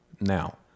Now